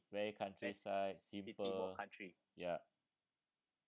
very countryside see people ya